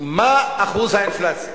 מה אחוז האינפלציה?